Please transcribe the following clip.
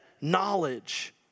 knowledge